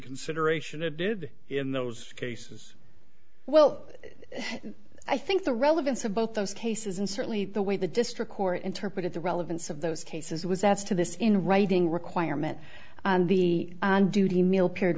consideration it did in those cases well i think the relevance of both those cases and certainly the way the district court interpreted the relevance of those cases was as to this in writing requirement and the duty mil period